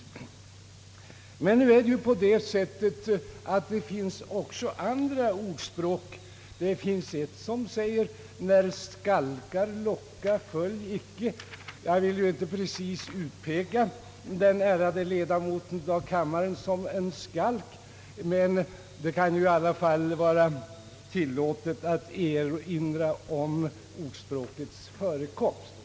Men nu finns det ju ock så andra ordspråk, bl.a. ett som säger »när skalkar locka, så följ icke». Jag vill ju inte precis utpeka den ärade kammarledamoten som en skalk, men det kan i alla fall vara tillåtet att erinra om ordspråkets förekomst!